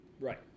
right